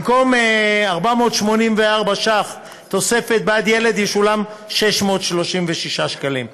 במקום 484 ש"ח תוספת בעד ילד, ישולמו 636 שקלים.